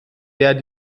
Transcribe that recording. der